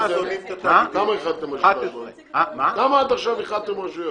כמה עד עכשיו איחדתם רשויות?